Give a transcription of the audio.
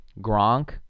Gronk